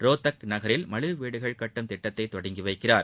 ரோத்தக் நகரில் மலிவு வீடுகள் கட்டும் திட்டத்தை தொடங்கிவைக்கிறார்